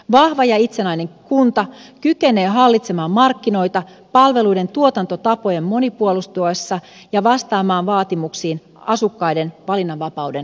vahva ja itsenäinen kunta kykenee hallitsemaan markkinoita palveluiden tuotantotapojen monipuolistuessa ja vastaamaan vaatimuksiin asukkaiden valinnanvapauden lisäämisestä